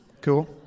Cool